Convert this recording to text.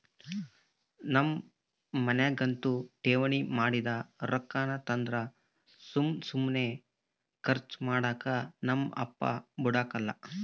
ನಮ್ ಮನ್ಯಾಗಂತೂ ಠೇವಣಿ ಮಾಡಿದ್ ರೊಕ್ಕಾನ ತಂದ್ರ ಸುಮ್ ಸುಮ್ನೆ ಕರ್ಚು ಮಾಡಾಕ ನಮ್ ಅಪ್ಪ ಬುಡಕಲ್ಲ